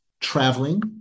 traveling